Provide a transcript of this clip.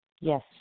Yes